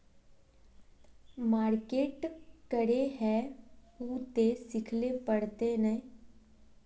Market करे है उ ते सिखले पड़ते नय?